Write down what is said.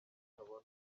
batabona